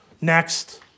next